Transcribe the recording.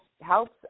helps